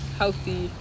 healthy